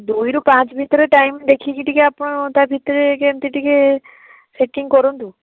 ଦୁଇରୁ ପାଞ୍ଚ ଭିତରେ ଟାଇମ୍ ଦେଖିକି ଟିକିଏ ଆପଣ ତା'ଭିତରେ କେମିତି ଟିକିଏ ସେଟିଂ କରନ୍ତୁ